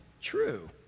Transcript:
true